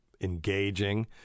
engaging